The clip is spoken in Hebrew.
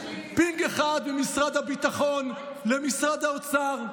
פינג אחד: ממשרד הביטחון למשרד האוצר,